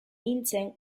nintzen